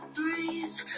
breathe